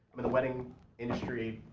i'm in the wedding industry,